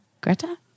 Greta